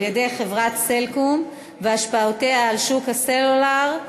על-ידי חברת "סלקום" והשפעותיה על שוק הסלולר,